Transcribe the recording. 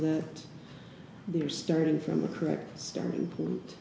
that they are starting from the correct starting point